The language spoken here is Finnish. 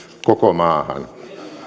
koko maahan